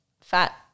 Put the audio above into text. fat